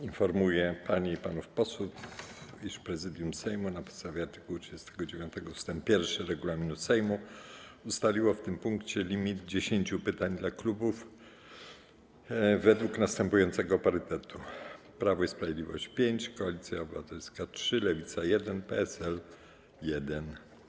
Informuję panie i panów posłów, iż Prezydium Sejmu na podstawie art. 39 ust. 1 regulaminu Sejmu ustaliło w tym punkcie limit 10 pytań dla klubów według następującego parytetu: Prawo i Sprawiedliwość - pięć, Koalicja Obywatelska - trzy, Lewica - jedno, PSL - jedno.